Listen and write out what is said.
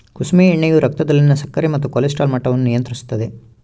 ಕುಸುಮೆ ಎಣ್ಣೆಯು ರಕ್ತದಲ್ಲಿನ ಸಕ್ಕರೆ ಮತ್ತು ಕೊಲೆಸ್ಟ್ರಾಲ್ ಮಟ್ಟವನ್ನು ನಿಯಂತ್ರಿಸುತ್ತದ